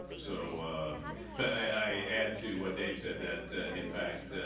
so, but i add to what dave said that in fact,